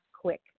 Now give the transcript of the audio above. quick